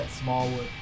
smallwood